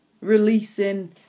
releasing